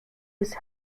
des